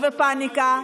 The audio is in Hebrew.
וחשש ופניקה.